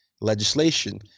legislation